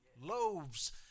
Loaves